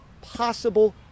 possible